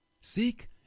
Seek